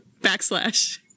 Backslash